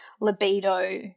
libido